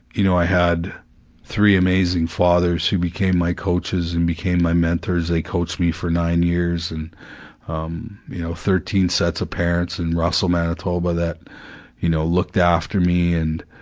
you know i had three amazing fathers who became my coaches and became my mentors, they coached me for nine years and um, you know thirteen sets of parents in russell, manitoba that you know, looked after me and,